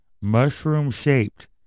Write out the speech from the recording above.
Mushroom-shaped